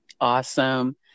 Awesome